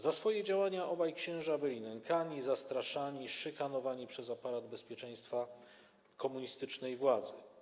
Za swoje działania obaj księża byli nękani, zastraszani, szykanowani przez aparat bezpieczeństwa komunistycznej władzy.